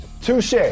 Touche